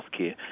Healthcare